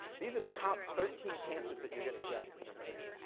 these are the top thirteen cancers that you're gonna get in america.